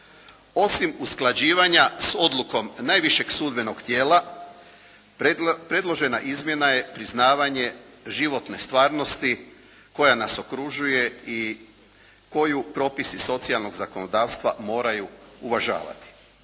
Osim usklađivanja sa odlukom najvišeg sudbenog tijela predložena izmjena je priznavanje životne stvarnosti koja nas okružuje i koju propisi socijalnog zakonodavstva moraju uvažavati.